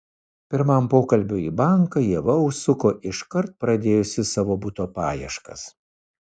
pirmam pokalbiui į banką ieva užsuko iškart pradėjusi savo buto paieškas